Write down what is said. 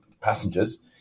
passengers